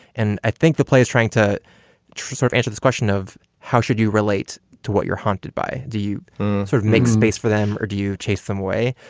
and i think the play is trying to sort of answer this question of how should you relate to what you're haunted by? do you sort of make space for them or do you chase them away?